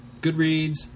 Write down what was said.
Goodreads